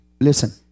listen